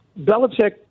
Belichick